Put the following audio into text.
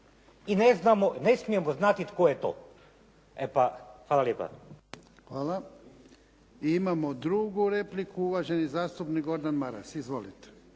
I ne smijemo znati tko je to. E pa, hvala lijepa. **Jarnjak, Ivan (HDZ)** Hvala. Imamo drugu repliku, uvaženi zastupnik Gordan Maras. Izvolite.